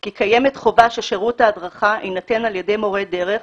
כי קיימת חובה ששירות ההדרכה יינתן על ידי מורה דרך,